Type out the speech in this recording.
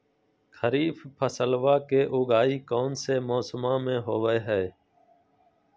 खरीफ फसलवा के उगाई कौन से मौसमा मे होवय है?